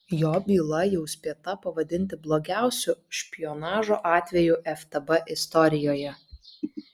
jo byla jau spėta pavadinti blogiausiu špionažo atveju ftb istorijoje